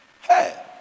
Hey